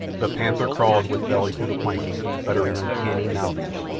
the panther crawled with belly to the planking, uttering uncanny mouthings.